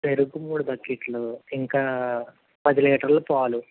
పెరుగు మూడు బకెట్లు ఇంకా పది లీటర్ల పాలు